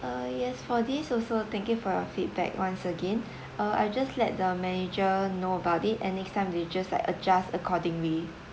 uh yes for this also thank you for your feedback once again uh I'll just let the manager know about it and next time we'll just like adjust accordingly